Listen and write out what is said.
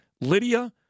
Lydia